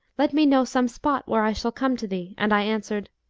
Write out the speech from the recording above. let me know some spot, where i shall come to thee and i answered,